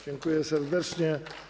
Dziękuję serdecznie.